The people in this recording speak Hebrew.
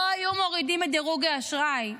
לא היו מורידים את דירוג האשראי.